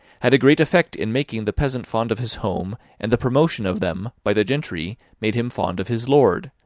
had a great effect in making the peasant fond of his home, and the promotion of them, by the gentry made him fond of his lord.